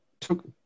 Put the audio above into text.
took